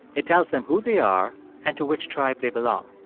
it tells them who they are and to which tribe they belong.